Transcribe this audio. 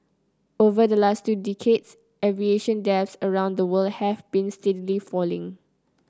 over the last two decades aviation deaths around the world have been steadily falling